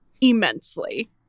immensely